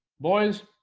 boys,